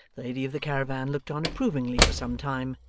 the lady of the caravan looked on approvingly for some time,